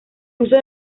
uso